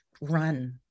run